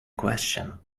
question